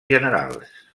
generals